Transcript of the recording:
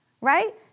right